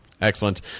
Excellent